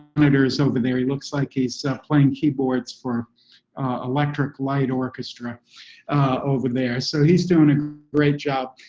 monitors over there. he looks like he's playing keyboards for electric light orchestra over there. so he's doing a great job.